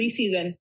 preseason